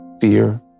fear